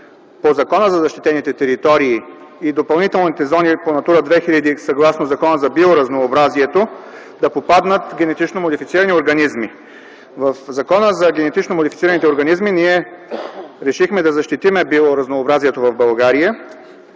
по Закона за защитените територии и допълнителните зони по „Натура 2000” съгласно Закона за биоразнообразието да попаднат генетично модифицирани организми. В Закона за генетично модифицираните организми ние решихме да защитим биоразнообразието в България.